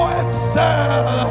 excel